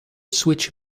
switch